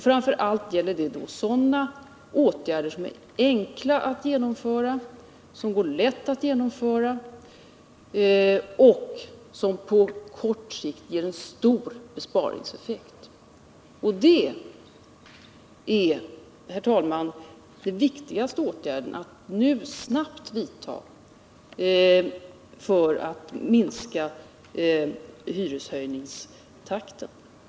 Framför allt gäller det sådana åtgärder som är enkla, som går lätt att genomföra och som framför allt på kort sikt ger en större besparingseffekt. Det viktigaste är nu, herr talman, att vi snabbt vidtar just sådana åtgärder, så att vi kan minska hyreshöjningstakten.